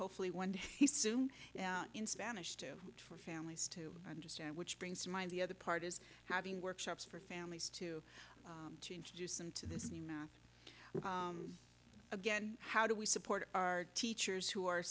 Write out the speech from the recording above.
hopefully one day he soon in spanish too for families to understand which brings to mind the other part is having workshops for families too to introduce them to this new again how do we support our teachers who are